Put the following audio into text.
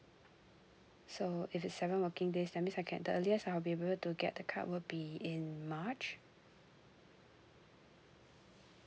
so if is seven working days that's mean I can the earliest I'll be able to get the card will be in march